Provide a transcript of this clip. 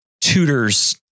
tutors